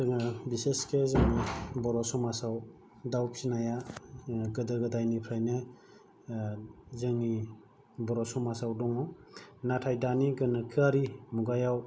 जोङो बिसेसके जोङो बर' समाजाव दाउफिनाया गोदो गोदायनिफ्रायनो जोंनि बर' समाजाव दङ नाथाय दानि गोनोखोआरि मुगायाव